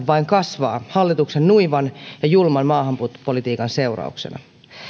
vain kasvaa hallituksen nuivan ja julman maahanmuuttopolitiikan seurauksena